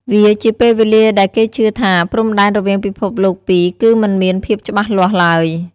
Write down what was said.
វាជាពេលវេលាដែលគេជឿថាព្រំដែនរវាងពិភពលោកពីរគឺមិនមានភាពច្បាស់លាស់ឡើយ។